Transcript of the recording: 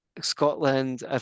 Scotland